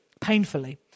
painfully